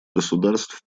государств